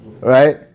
right